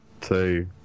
two